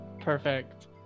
Perfect